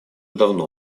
давно